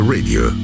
Radio